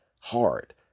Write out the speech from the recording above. hard